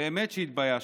באמת שהתביישתי.